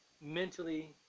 mentally